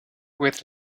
with